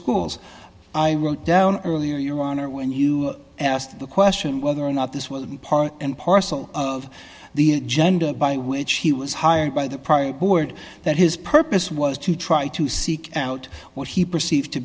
schools i wrote down earlier your honor when you asked the question whether or not this was part and parcel of the agenda by which he was hired by the private board that his purpose was to try to seek out what he perceived to